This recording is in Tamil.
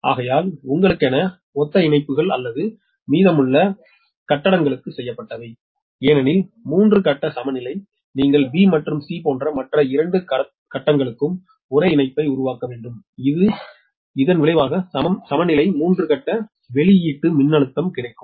ஆகையால் உங்களுக்கென ஒத்த இணைப்புகள் அல்லது மீதமுள்ள கட்டங்களுக்காக செய்யப்பட்டவை ஏனெனில் மூன்று கட்ட சமநிலை நீங்கள் பி மற்றும் சி போன்ற மற்ற 2 கட்டங்களுக்கும் ஒரே இணைப்பை உருவாக்க வேண்டும் இதன் விளைவாக சமநிலை 3 கட்ட வெளியீட்டு மின்னழுத்தம் கிடைக்கும்